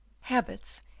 habits